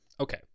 Okay